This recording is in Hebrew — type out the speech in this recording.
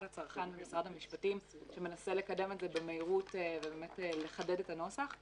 הצרכן ומשרד המשפטים שמנסה לקדם את זה במהירות ולחדד את הנוסח.